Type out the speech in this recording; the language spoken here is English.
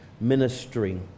ministry